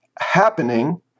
happening